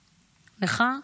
לך,